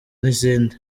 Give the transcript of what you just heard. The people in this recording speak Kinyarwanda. n’izindi